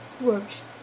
works